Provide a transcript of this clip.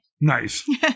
Nice